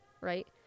right